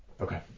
Okay